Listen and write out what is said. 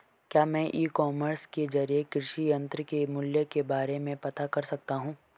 क्या मैं e commerce के ज़रिए कृषि यंत्र के मूल्य के बारे में पता कर सकता हूँ?